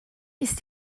ist